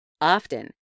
Often